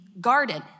garden